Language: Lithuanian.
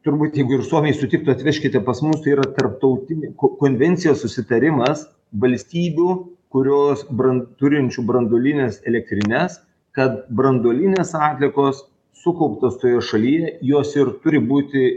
turbūt jeigu ir suomiai sutiktų atvežkite pas mus tai yra tarptautinė ko konvencija susitarimas valstybių kurios bran turinčių branduolines elektrines kad branduolinės atliekos sukauptos toje šaly jos ir turi būti